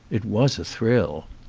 it was a thrill.